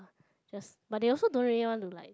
just but they also don't really want to like